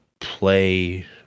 play